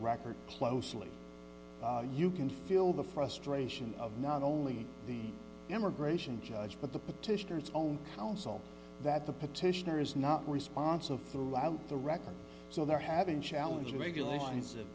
record closely you can feel the frustration of not only the immigration judge but the petitioners own counsel that the petitioner is not responsive throughout the record so they're having challenges regulations